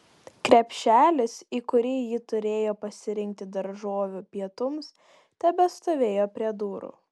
krepšelis į kurį ji turėjo pasirinkti daržovių pietums tebestovėjo prie durų